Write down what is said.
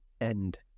end